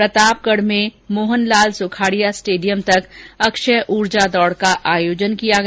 प्रतापगढ़ में नगर परिषद से मोहनलाल सुखाड़िया स्टेडियम तक अक्षय ऊर्जा दौड़ का आयोजन किया गया